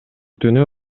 түнү